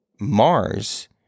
Mars